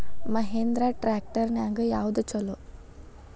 Mahindra tractor ನ್ಯಾಗ ಯಾವ್ದ ಛಲೋ?